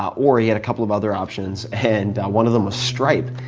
or he had a couple of other options. and one of them was stripe.